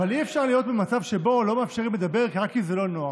אבל אי-אפשר להיות במצב שבו לא מאפשרים לדבר רק כי זה לא נוח.